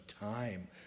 time